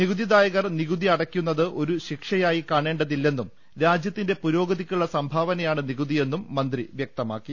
നികുതിദായകർ നികുതി അടയ്ക്കുന്നത് ഒരു ശിക്ഷയായി കാണേ ണ്ടതില്ലെന്നും രാജ്യത്തിന്റെ പുരോഗതിക്കുള്ള സംഭാവനയാണ് നികുതിയെന്നും മന്ത്രി വൃക്തമാക്കി